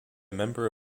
member